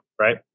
Right